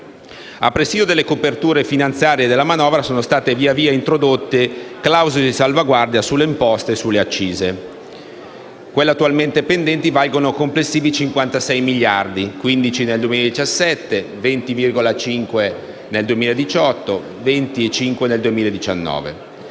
A presidio delle coperture finanziarie delle manovre sono state, via via, introdotte clausole di salvaguardia sulle imposte e sulle accise. Quelle attualmente pendenti valgono complessivi 56 miliardi (15 miliardi nel 2017, 20,5 miliardi